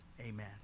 amen